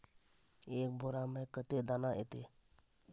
एक बोड़ा में कते दाना ऐते?